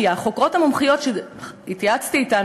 כי החוקרות המומחיות שהתייעצתי אתן,